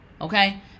Okay